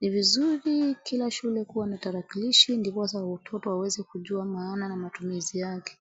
ni vizuri kila shule kuwa na tarakilishi ndiposa watoto waweze kujua maana na matumizi yake